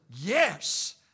yes